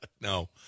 no